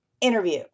interview